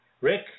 Rick